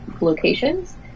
locations